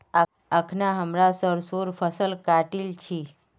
अखना हमरा सरसोंर फसल काटील छि